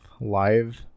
Live